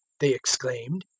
they exclaimed.